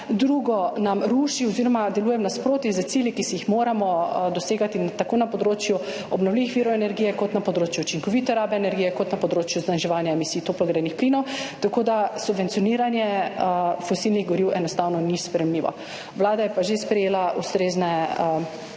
Drugo. Nam ruši oziroma deluje v nasprotju s cilji, ki si jih moramo dosegati tako na področju obnovljivih virov energije kot na področju učinkovite rabe energije, kot na področju zmanjševanja emisij toplogrednih plinov. Tako da, subvencioniranje fosilnih goriv enostavno ni sprejemljivo. Vlada je pa že sprejela ustrezne